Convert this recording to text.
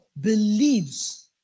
believes